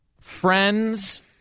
friends